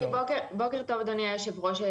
בוקר טוב אדוני היושב ראש.